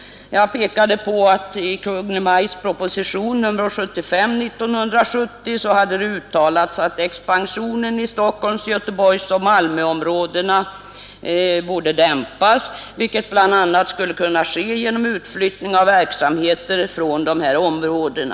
Jag pekade på att i propositionen 75 år 1970 hade uttalats, att expansionen i Stockholms-, Göteborgsoch Malmöområdena borde dämpas, vilket bl.a. skulle kunna ske genom utflyttning av verksamheter från dessa områden.